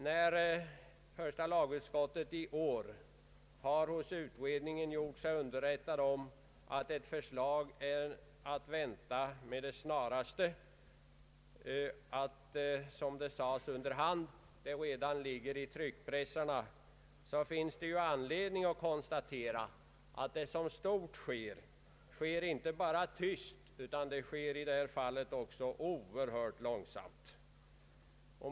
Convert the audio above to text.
När första lagutskottet i år hos utredningen gjort sig underrättad om att ett förslag med det snaraste är att vänta och att det redan ligger i tryckpressarna så finns det anledning att konstatera att det som stort sker sker inte bara tyst utan i det här fallet också oerhört långsamt.